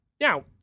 Now